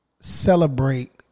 Celebrate